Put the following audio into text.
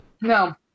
No